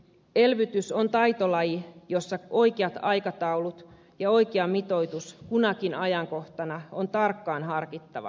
elvytys on taitolaji jossa oikeat aikataulut ja oikea mitoitus kunakin ajankohtana on tarkkaan harkittava